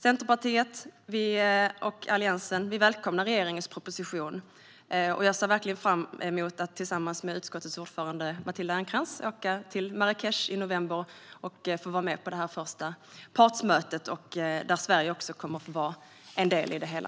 Centerpartiet och Alliansen välkomnar regeringens proposition, och jag ser verkligen fram emot att få åka till Marrakech i november tillsammans med utskottets ordförande Matilda Ernkrans och vara med på det här första partsmötet, där Sverige kommer att få vara en del i det hela.